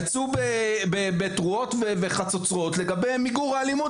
יצאו מפה בתרועות ובחצוצרות לגבי מיגור האלימות